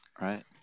right